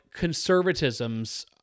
conservatisms